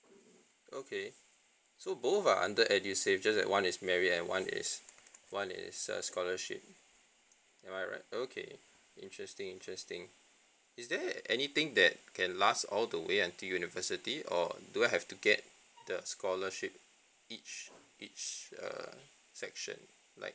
okay so both are under edusave just that one is merit and one is one is a scholarship am I right okay interesting interesting is there anything that can last all the way until university or do I have to get the scholarship each each err section like